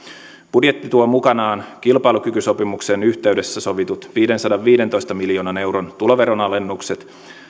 budjetti tuo mukanaan kilpailukykysopimuksen yhteydessä sovitut viidensadanviidentoista miljoonan euron tuloveron alennukset ja